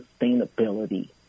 sustainability